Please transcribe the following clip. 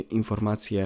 informacje